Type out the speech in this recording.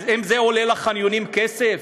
האם זה עולה לחניונים כסף?